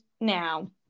now